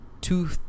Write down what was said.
two